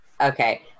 Okay